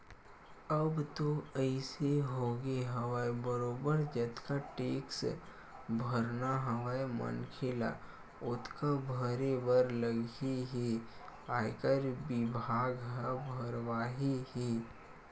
अब तो अइसे होगे हवय बरोबर जतका टेक्स भरना हवय मनखे ल ओतका भरे बर लगही ही आयकर बिभाग ह भरवाही ही